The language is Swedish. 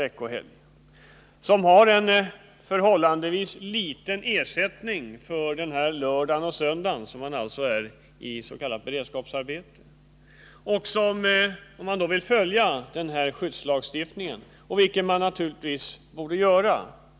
veckoslutet, som har en förhållandevis liten ersättning för den här lördagen och söndagen och som vill rätta sig efter skyddslagstiftningen — vilket man naturligtvis bör göra?